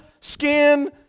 skin